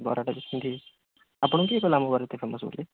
ବରା ଟା ବି ସେମିତି ଆପଣଙ୍କୁ କିଏ କହିଲା ଆମ ବରା ଫେମସ୍ ବୋଲି